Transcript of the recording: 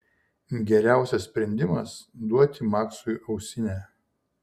geriausias sprendimas duoti maksui ausinę